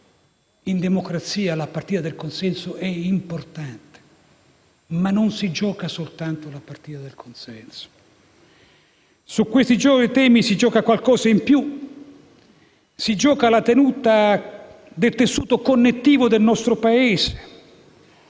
In democrazia la partita del consenso è importante, ma non si gioca soltanto questa. Su questi temi si gioca qualcosa in più, la tenuta del tessuto connettivo del nostro Paese.